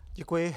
Děkuji.